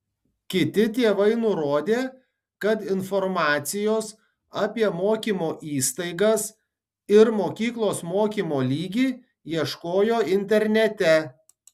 kiti tėvai nurodė kad informacijos apie mokymo įstaigas ir mokyklos mokymo lygį ieškojo internete